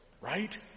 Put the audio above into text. right